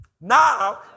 Now